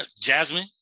Jasmine